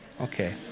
Okay